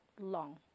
long